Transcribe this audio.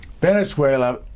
Venezuela